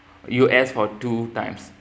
for u s for two times